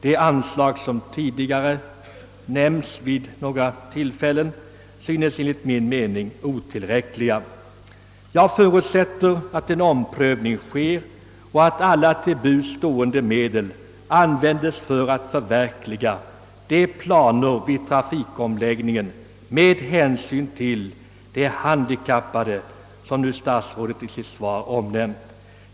De anslag som tidigare nämnts vid några tillfällen synes enligt min mening vara helt otillräckliga. Jag förutsätter att en omprövning sker och att alla till buds stående medel tillgripes för att förverkliga de planer som statsrådet omnämnt i sitt svar.